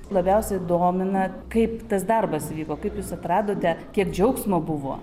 labiausiai domina kaip tas darbas vyko kaip jūs atradote kiek džiaugsmo buvo